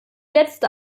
letzte